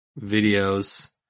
videos